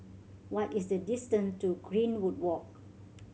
what is the distance to Greenwood Walk